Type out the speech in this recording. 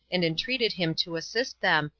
and entreated him to assist them,